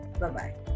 Bye-bye